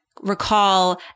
recall